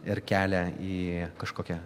ir kelią į kažkokią